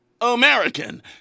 American